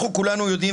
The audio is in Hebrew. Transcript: כולנו יודעים,